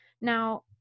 Now